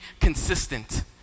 consistent